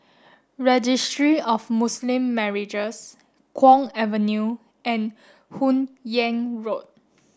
Registry of Muslim Marriages Kwong Avenue and Hun Yeang Road